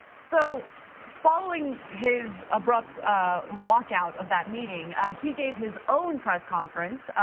so following his abrupt walk out of that meeting, he gave his own press conference.